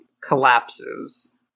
collapses